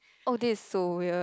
oh this is so weird